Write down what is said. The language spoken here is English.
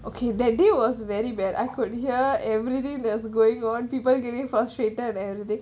okay that day was very bad I could hear everything that's going on people getting frustrated and everything